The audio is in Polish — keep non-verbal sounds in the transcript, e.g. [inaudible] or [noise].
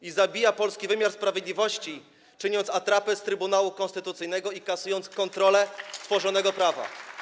I zabija polski wymiar sprawiedliwości, czyniąc atrapę z Trybunału Konstytucyjnego i kasując kontrolę [applause] tworzonego prawa.